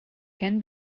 can